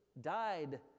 died